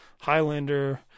Highlander